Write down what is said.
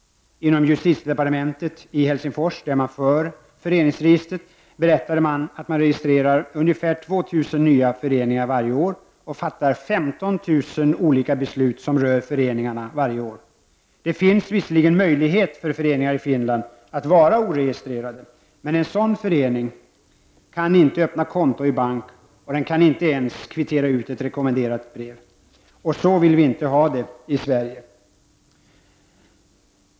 Inom justitiedepartementet i Helsingfors, där man för föreningsregistret, berättade man att ungefär 2 000 nya föreningar registreras varje år och 15 000 olika beslut fattas varje år som rör föreningarna. Det finns visserligen möjlighet för en förening i Finland att vara oregistrerad, men en sådan förening kan inte öppna konto i bank och inte ens kvittera ut ett rekommenderat brev. Så vill vi inte ha det i Sverige.